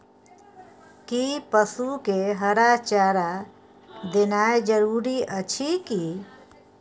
कि पसु के हरा चारा देनाय जरूरी अछि की?